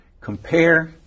Compare